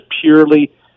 purely